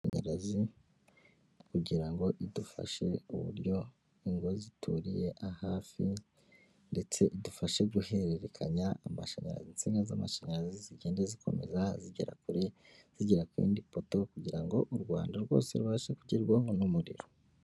Amashanyarazi, kugira ngo idufashe uburyo ingo zituriye ahafi, ndetse idufashe guhererekanya amashanyarazi, insinga z'amashanyarazi zigenda zikomeza zigera kure, zigera kurindi poto kugirango u Rwanda rwose rubashe kugerwaho n'umuriro.